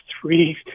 three